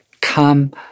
come